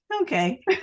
okay